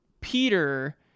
Peter